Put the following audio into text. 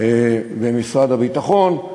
במשרד הביטחון,